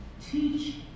teach